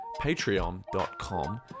patreon.com